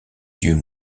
yeux